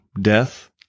death